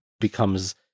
becomes